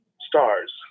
stars